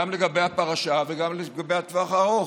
גם לגבי הפרשה וגם לגבי הטווח הארוך.